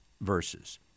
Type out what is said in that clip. verses